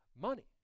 money